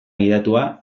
gidatua